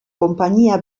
konpainia